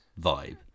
vibe